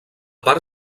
part